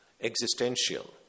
existential